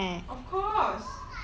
of course